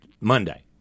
Monday